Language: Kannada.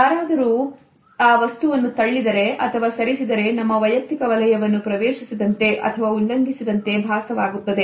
ಯಾರಾದರೂ ಆ ವಸ್ತುವನ್ನು ತಳ್ಳಿದರೆ ಅಥವಾ ಸರಿಸಿದರೆ ನಮ್ಮ ವೈಯಕ್ತಿಕ ವಲಯವನ್ನು ಪ್ರವೇಶಿಸಿದಂತೆ ಉಲ್ಲಂಘಿಸಿದಂತೆ ಭಾಸವಾಗುತ್ತದೆ